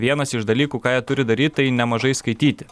vienas iš dalykų ką jie turi daryt tai nemažai skaityti